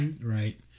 right